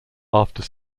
after